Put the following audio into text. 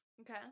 Okay